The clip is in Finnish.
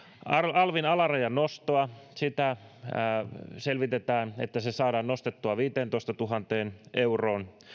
alvin alarajan nostoa selvitetään että se saadaan nostettua viiteentoistatuhanteen euroon